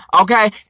Okay